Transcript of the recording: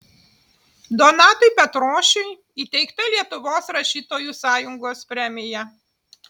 donatui petrošiui įteikta lietuvos rašytojų sąjungos premija